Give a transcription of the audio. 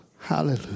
Hallelujah